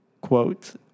quote